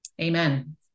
Amen